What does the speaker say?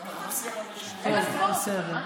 בסדר.